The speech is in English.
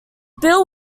bill